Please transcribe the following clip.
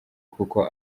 kuko